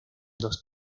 dos